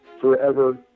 forever